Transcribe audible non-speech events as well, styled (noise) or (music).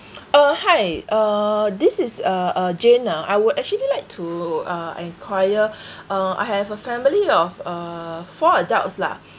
(breath) uh hi uh this is uh uh jane ah I would actually like to uh enquire (breath) uh I have a family of uh four adults lah